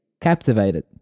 captivated